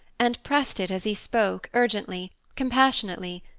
and pressed it as he spoke, urgently, compassionately,